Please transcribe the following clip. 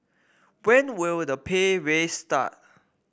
when will the pay raise start